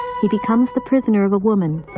he becomes the prisoner of a woman,